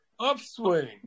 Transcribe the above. upswing